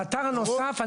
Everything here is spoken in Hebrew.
האתר הנוסף,